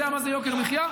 יודע מה זה יוקר מחיה.